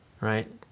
right